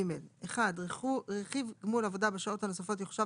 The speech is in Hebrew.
(ג) (1) רכיב גמול עבודה בשעות הנוספות יחושב